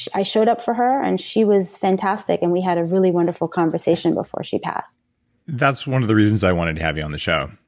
i showed up for her, and she was fantastic, and we had a really wonderful conversation before she passed that's one of the reasons i wanted to have you on the show,